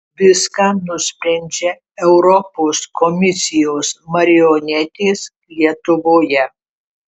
viską nusprendžia europos komisijos marionetės lietuvoje